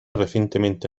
recientemente